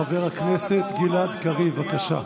חבר הכנסת גלעד קריב, בבקשה.